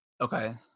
okay